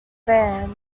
band